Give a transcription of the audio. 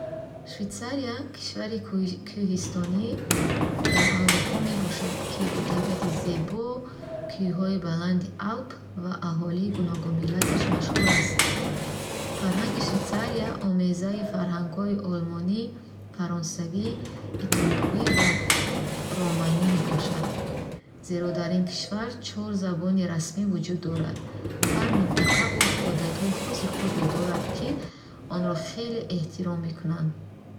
Швейтсария кишвари кӯҳистони Аврупо мебошад, ки бо табиати зебо, кӯҳҳои баланди Алп ва аҳолии гуногунмиллаташ машҳур аст. Фарҳанги Швейтсария омезаи фарҳангҳои олмонӣ, фаронсавӣ, итолиёвӣ ва романӣ мебошад, зеро дар ин кишвар чор забони расмӣ вуҷуд дорад. Ҳар минтақа урфу одатҳои хоси зудро дорад, ки онро хеле эҳтиром мекунанд.